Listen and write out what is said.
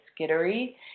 skittery